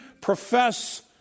profess